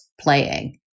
playing